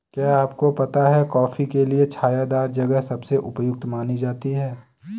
क्या आपको पता है कॉफ़ी के लिए छायादार जगह सबसे उपयुक्त मानी जाती है?